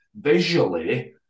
visually